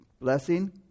Blessing